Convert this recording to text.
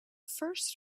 first